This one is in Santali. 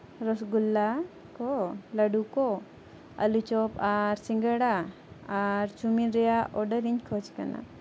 ᱨᱚᱥ ᱜᱩᱞᱞᱟ ᱠᱚ ᱞᱟᱹᱰᱩ ᱠᱚ ᱟᱹᱞᱩ ᱪᱚᱯ ᱟᱨ ᱥᱤᱸᱜᱟᱹᱲᱟ ᱟᱨ ᱪᱟᱹᱣᱢᱤᱱ ᱨᱮᱭᱟᱜ ᱚᱰᱟᱨᱤᱧ ᱠᱷᱚᱡᱽ ᱠᱟᱱᱟ